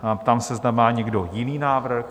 Ptám se, zda má někdo jiný návrh?